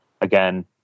again